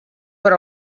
per